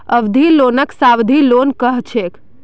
अवधि लोनक सावधि लोन कह छेक